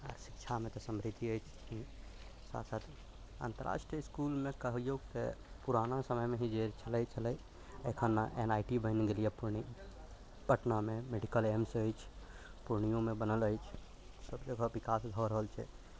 आओर शिक्षामे तऽ समृद्धि अछि कि साथ साथ अन्तरराष्ट्रीय इसकुलमे कहिऔ कि पुराना समयमे जे छलै एखन आइ आइ टी बनि गेल अछि पटनामे मेडिकल एम्स अछि पूर्णियोमे बनल अछि सब जगह विकास भऽ रहल छै